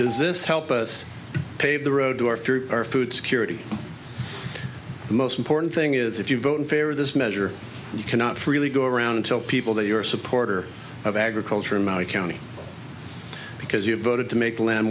does this help us pave the road or through our food security the most important thing is if you vote in favor of this measure you cannot freely go around until people that you're a supporter of agriculture in my county because you voted to make